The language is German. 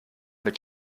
mit